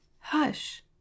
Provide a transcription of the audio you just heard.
hush